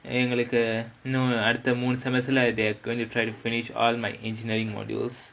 எங்களுக்கு அடுத்த மூணு:engalukku adutha moonu they're going to try to finish all my engineering modules